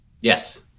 Yes